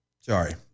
Sorry